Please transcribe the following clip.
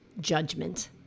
judgment